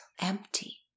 empty